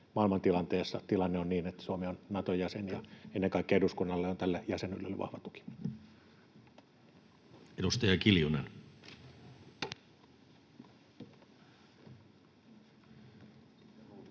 maailmantilanteessa tilanne on niin, että Suomi on Naton jäsen ja ennen kaikkea eduskunnassa on tälle jäsenyydelle vahva tuki. [Speech 13]